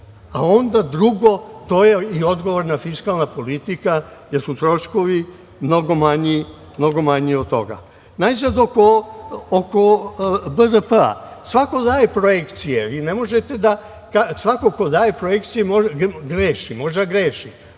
a onda drugo, to je i odgovorna fiskalna politika, jer su troškovi mnogo manji od toga. Najzad oko BDP. Svako daje projekcije. Svako ko daje projekcije greši, možda greši,